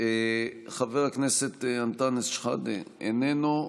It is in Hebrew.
חבר הכנסת אנטאנס שחאדה, איננו.